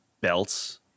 belts